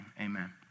Amen